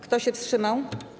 Kto się wstrzymał?